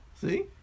See